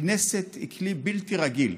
הכנסת היא כלי בלתי רגיל,